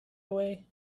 away